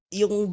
yung